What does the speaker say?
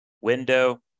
window